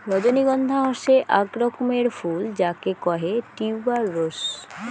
রজনীগন্ধা হসে আক রকমের ফুল যাকে কহে টিউবার রোস